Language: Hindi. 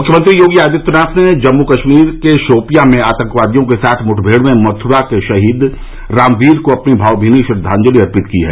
मुख्यमंत्री योगी आदित्यनाथ ने जम्मू कश्मीर के शोपियां में आतंकवादियों के साथ मुठभेड़ में मथुरा के शहीद रामवीर को अपनी भावभीनी श्रद्वाजलि अर्पित की है